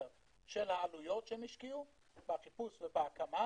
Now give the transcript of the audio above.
של העלויות שהם השקיעו בחיפוש ובהקמה,